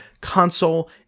console